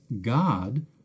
god